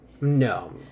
No